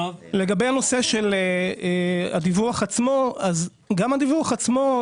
לגבי הנושא של הדיווח עצמו: גם הדיווח עצמו,